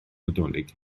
nadolig